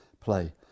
play